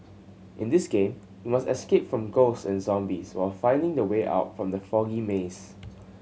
in this game you must escape from ghosts and zombies while finding the way out from the foggy maze